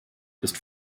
ist